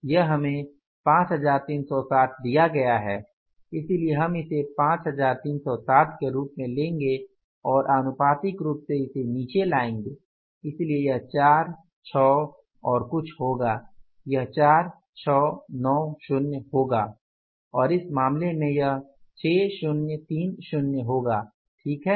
यह हमें 5360 दिया गया है इसलिए हम इसे 5360 के रूप में लेंगे और आनुपातिक रूप से इसे नीचे लाएंगे इसलिए यह चार छौ और कुछ होगा यह 4690 होगा और इस मामले में यह 6030 होगा ठीक है